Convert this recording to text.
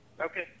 Okay